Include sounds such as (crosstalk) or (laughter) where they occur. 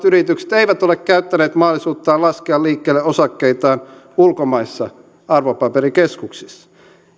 (unintelligible) yritykset eivät ole käyttäneet mahdollisuuttaan laskea liikkeelle osakkeitaan ulkomaisissa arvopaperikeskuksissa